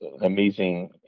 amazing